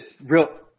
Real